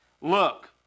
Look